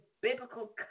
biblical